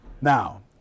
Now